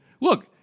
look